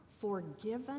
forgiven